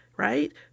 Right